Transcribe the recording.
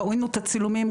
ראינו את הצילומים,